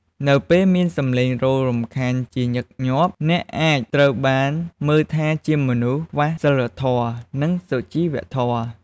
នៅពេលមានសំឡេងរោទ៍រំខានជាញឹកញាប់ អ្នកអាចត្រូវបានមើលថាជាមនុស្សខ្វះសីលធម៌ និងសុជីវធម៌។